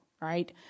right